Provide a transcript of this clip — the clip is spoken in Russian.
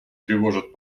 тревожат